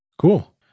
Cool